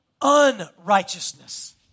unrighteousness